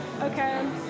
Okay